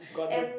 got the